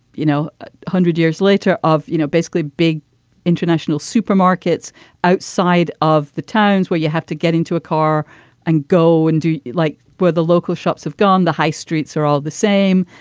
you know one hundred years later of you know basically big international supermarkets outside of the towns where you have to get into a car and go and do it like where the local shops have gone the high streets are all the same.